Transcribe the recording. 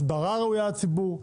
הסברה ראויה לציבור,